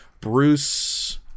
Bruce